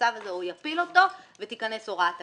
הצו הזה ויפיל אותו ותיכנס הוראת הקבע.